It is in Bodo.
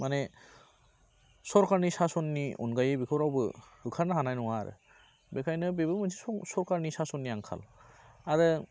माने सरकारनि सास'ननि अनगायै बेखौ रावबो होखारनो हानाय नङा आरो बेखायनो बेबो मोनसे सरकारनि सास'ननि आंखाल आरो